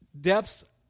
Depths